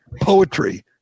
poetry